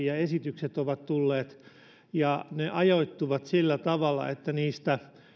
ja nämä ovat tulleet valiokunnasta läpi ja ne ajoittuvat sillä tavalla että niistä